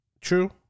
True